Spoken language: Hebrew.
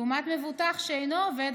לעומת מבוטח שאינו עובד,